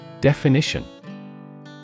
Definition